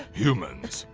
humans?